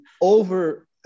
over